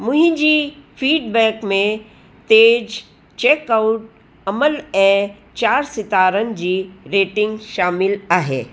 मुंहिंजी फीडबैक में तेज़ चैक आउट अमल ऐं चारि सितारनि जी रेटिंग शामिल आहे